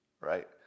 right